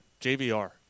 jbr